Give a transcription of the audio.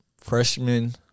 freshman